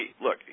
look